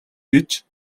гэж